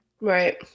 Right